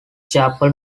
chappell